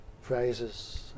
phrases